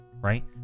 right